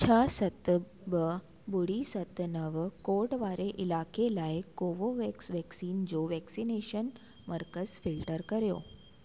छह सत ॿ ॿुड़ी सत नव कोड वारे इलाइक़े लाइ कोवोवेक्स वैक्सीन जो वैक्सनेशन मर्कज़ु फिल्टर करियो